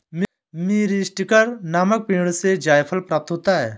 मीरीस्टिकर नामक पेड़ से जायफल प्राप्त होता है